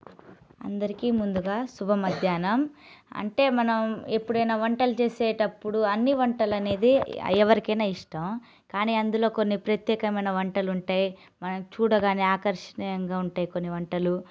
అందరికీ ముందుగా శుభ మధ్యాహ్నం అంటే మనం ఎప్పుడైనా వంటలు చేసేటప్పుడు అన్ని వంటలనేది ఎవరికైనా ఇష్టం కాని అందులో కొన్ని ప్రత్యేకమైన వంటలు ఉంటాయి మనం చూడగానే ఆకర్షణీయంగా ఉంటాయి కొన్ని వంటలు